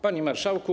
Panie Marszałku!